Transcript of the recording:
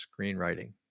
screenwriting